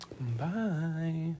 bye